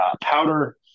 powder